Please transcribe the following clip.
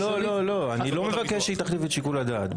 לא, לא, אני לא מבקש שהיא תחליף את שיקול הדעת.